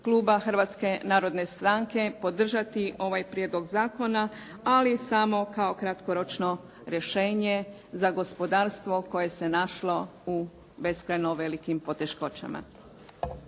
kluba Hrvatske narodne stranke podržati ovaj prijedlog zakona, ali samo kao kratkoročno rješenje za gospodarstvo koje se našlo u beskrajno velikim poteškoćama.